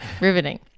Riveting